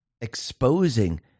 exposing